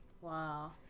Wow